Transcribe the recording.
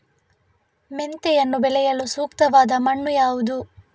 ಮೆಂತೆಯನ್ನು ಬೆಳೆಯಲು ಸೂಕ್ತವಾದ ಮಣ್ಣು ಯಾವುದು?